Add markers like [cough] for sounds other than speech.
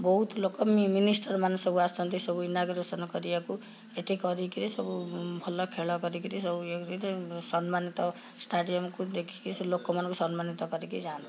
ବହୁତ ଲୋକ ମିନିଷ୍ଟର୍ ମାନେ ସବୁ ଆସନ୍ତି ସବୁ ଇନାଗୁରେସନ୍ କରିବାକୁ ଏଠି କରିକିରି ସବୁ ଭଲ ଖେଳ କରିକିରି ସବୁ ଇଏ [unintelligible] ସମ୍ମାନିତ ଷ୍ଟାଡ଼ିୟମକୁ ଦେଖିକି ଲୋକମାନଙ୍କୁ ସମ୍ମାନିତ କରିକି ଯାଆନ୍ତି